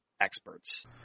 experts